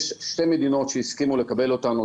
יש שלוש מדינות שהסכימו לקבל אותנו,